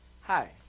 Hi